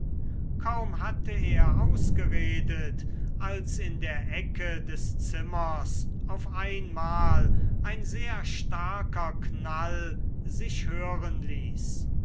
kaum hatte er ausgeredet als in der ecke des zimmers auf einmal ein sehr starker knall sich hören ließ